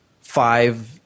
five